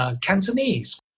Cantonese